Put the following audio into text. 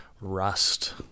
rust